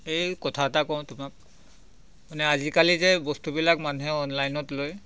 এই কথা এটা কওঁ তোমাক মানে আজিকালি যে বস্তুবিলাক মানুহে অনলাইনত লয়